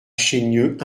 chaigneux